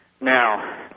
Now